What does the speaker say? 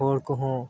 ᱦᱚᱲ ᱠᱚᱦᱚᱸ